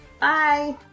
Bye